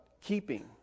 keeping